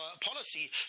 policy